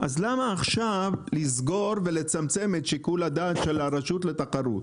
אז למה עכשיו לסגור ולצמצם את שיקול הדעת של הרשות לתחרות?